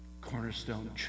Cornerstone